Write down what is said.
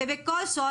ובכל זאת,